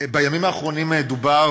בימים האחרונים דובר,